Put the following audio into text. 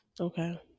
Okay